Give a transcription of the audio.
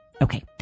Okay